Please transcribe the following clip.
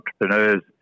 entrepreneurs